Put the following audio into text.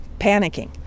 panicking